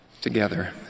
together